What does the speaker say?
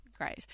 great